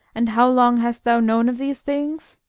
and how long hast thou known of these things?